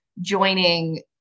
joining